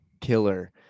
killer